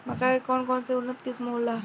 मक्का के कौन कौनसे उन्नत किस्म होला?